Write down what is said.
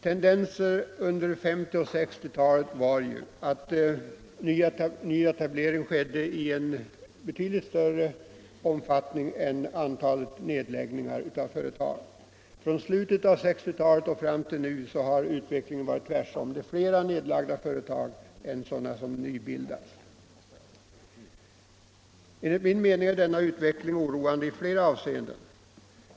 Tendensen under 1950 och större delen av 1960-talet var ju, att nyetableringen hade betydligt större omfattning än nedläggningen av företag. Från slutet av 1960-talet och fram till nu har utvecklingen varit den motsatta: det är flera företag som nedläggs än som nybildas. Enligt min mening är denna utveckling oroande i flera avseenden.